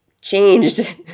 changed